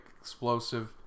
explosive